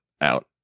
out